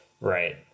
right